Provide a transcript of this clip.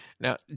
Now